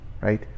Right